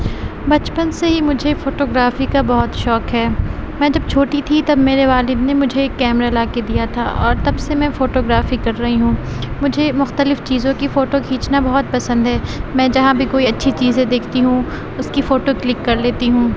بچپن سے ہی مجھے فوٹوگرافی کا بہت شوق ہے میں جب چھوٹی تھی تب میرے والد نے مجھے ایک کیمرا لا کے دیا تھا اور تب سے میں فوٹوگرافی کر رہی ہوں مجھے مختلف چیزوں کی فوٹو کھینچنا بہت پسند ہے میں جہاں بھی کوئی اچھی چیزیں دیکھتی ہوں اس کی فوٹو کلک کر لیتی ہوں